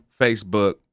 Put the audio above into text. Facebook